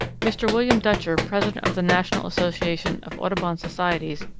mr. william dutcher, president of the national association of audubon societies,